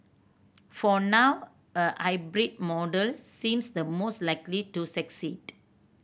for now a hybrid model seems the most likely to succeed